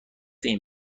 این